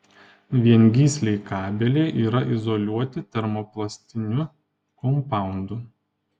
viengysliai kabeliai yra izoliuoti termoplastiniu kompaundu